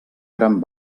gran